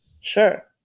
Sure